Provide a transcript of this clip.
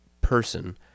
person